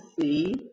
see